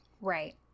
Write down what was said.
right